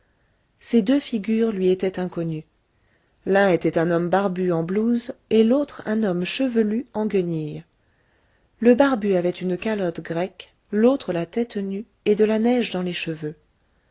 ces deux figures lui étaient inconnues l'un était un homme barbu en blouse et l'autre un homme chevelu en guenilles le barbu avait une calotte grecque l'autre la tête nue et de la neige dans les cheveux